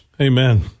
Amen